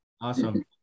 Awesome